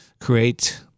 create